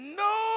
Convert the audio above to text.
no